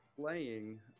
playing